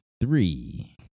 Three